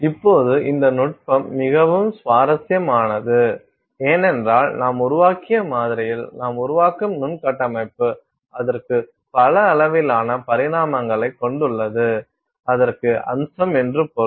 இப்போது இந்த நுட்பம் மிகவும் சுவாரஸ்யமானது ஏனென்றால் நாம் உருவாக்கிய மாதிரியில் நாம் உருவாக்கும் நுண் கட்டமைப்பு அதற்கு பல அளவிலான பரிமாணங்களைக் கொண்டுள்ளது அதற்கு அம்சம் என்று பொருள்